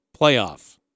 playoff